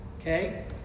okay